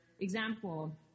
example